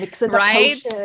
right